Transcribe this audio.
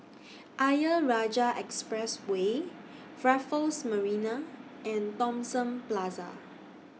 Ayer Rajah Expressway Raffles Marina and Thomson Plaza